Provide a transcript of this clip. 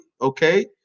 okay